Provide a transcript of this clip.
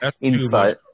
insight